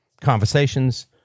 conversations